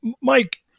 Mike